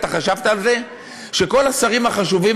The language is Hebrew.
אתה חשבת על זה שכל השרים החשובים,